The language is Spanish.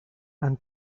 han